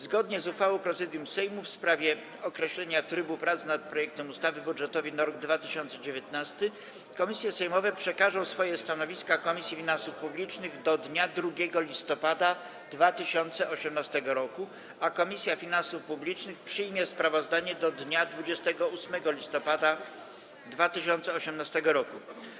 Zgodnie z uchwałą Prezydium Sejmu w sprawie określenia trybu prac nad projektem ustawy budżetowej na rok 2019 komisje sejmowe przekażą swoje stanowiska Komisji Finansów Publicznych do dnia 2 listopada 2018 r., a Komisja Finansów Publicznych przyjmie sprawozdanie do dnia 28 listopada 2018 r.